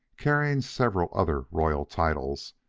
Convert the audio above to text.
carrying several other royal titles,